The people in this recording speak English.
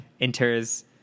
enters